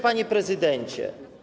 Panie Prezydencie!